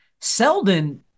Seldon